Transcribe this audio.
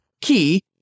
key